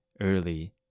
early